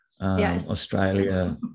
Australia